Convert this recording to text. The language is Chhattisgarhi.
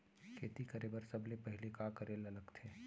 खेती करे बर सबले पहिली का करे ला लगथे?